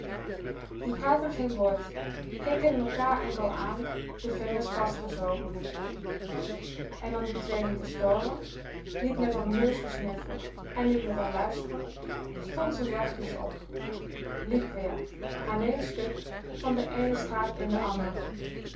die praatten geen woord keken mekaar enkel aan de vingers vastgezogen en om die twee niet te storen niet met r neus gesnuffel en niet met r luisteren stond ze zachtjes op liep weer aan één stuk van de eene straat in de andere